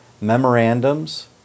memorandums